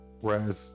Whereas